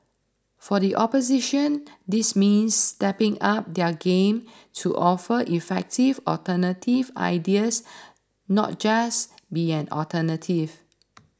for the opposition this means stepping up their game to offer effective alternative ideas not just be an alternative